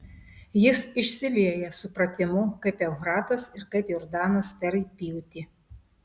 jis išsilieja supratimu kaip eufratas ir kaip jordanas per pjūtį